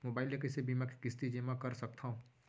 Mobile ले कइसे बीमा के किस्ती जेमा कर सकथव?